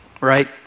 right